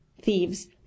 Thieves